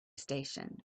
station